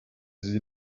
sie